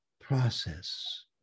process